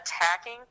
attacking